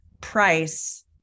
price